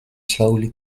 slowly